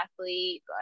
athlete